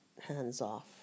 hands-off